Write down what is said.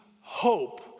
hope